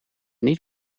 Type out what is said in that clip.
niet